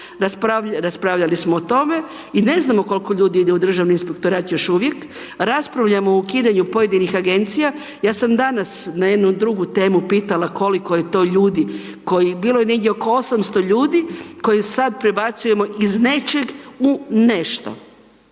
raspravljali smo o tome i ne znamo koliko ljudi ide u Državni inspektorat još uvijek, raspravljamo o ukidanju pojedinih agencija, ja sam danas na jednu drugu temu pitala koliko je to ljudi, bilo je negdje oko 800 ljudi koje sad prebacujemo iz nečeg u nešto.